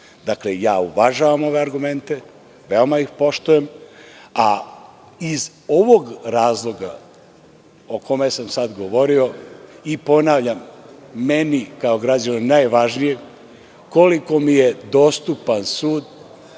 itd. Dakle, uvažavam ove argumente, veoma ih poštujem, a iz ovog razloga o kome sam sad govorio i ponavljam meni kao građaninu najvažnije je koliko mi je dostupan sud,